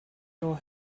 your